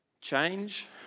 Change